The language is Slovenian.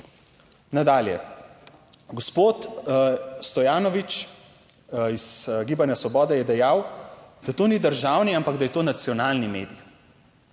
Nadalje, gospod Stojanovič iz Gibanja Svoboda je dejal, da to ni državni, ampak da je to nacionalni medij.